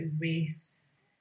race